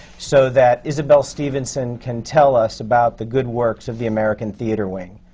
so that isabelle stevenson can tell us about the good works of the american theatre wing.